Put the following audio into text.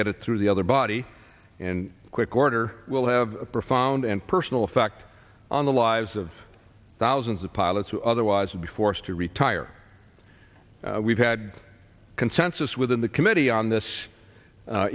get it through the other body and quick order will have a profound and personal effect on the lives of thousands of pilots who otherwise would be forced to retire we've had consensus within the committee on this